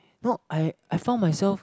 no I I found myself